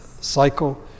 Cycle